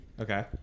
Okay